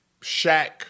Shaq